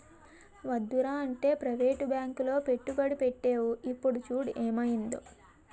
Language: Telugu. వద్దురా అంటే ప్రవేటు బాంకులో పెట్టుబడి పెట్టేవు ఇప్పుడు చూడు ఏమయిందో